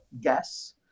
guess